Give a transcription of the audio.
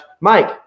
mike